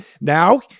Now